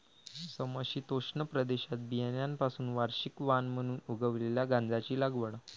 समशीतोष्ण प्रदेशात बियाण्यांपासून वार्षिक वाण म्हणून उगवलेल्या गांजाची लागवड